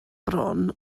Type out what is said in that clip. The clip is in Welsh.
bron